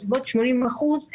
בסביבות 80 אחוזים,